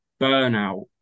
burnout